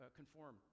conform